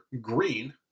green